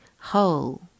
Whole